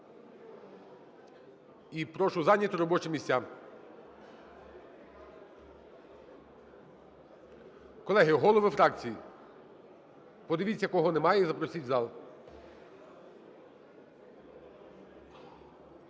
і прошу зайняти робочі місця. Колеги, голови фракцій, подивіться, кого немає, і запросіть в зал.